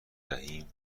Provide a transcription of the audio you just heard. دهیم